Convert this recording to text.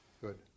Good